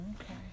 okay